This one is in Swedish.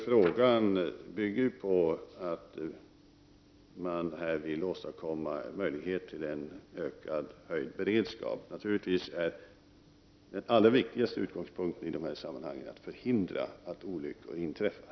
Frågan bygger på att man vill åstadkomma ökad beredskap. Den allra viktigaste utgångspunkten i detta sammanhang är naturligtvis att förhindra att olyckor inträffar.